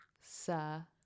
sir